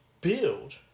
build